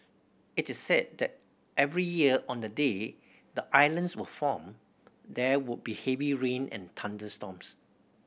it is said that every year on the day the islands were formed there would be heavy rain and thunderstorms